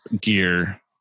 gear